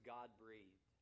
God-breathed